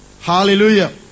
Hallelujah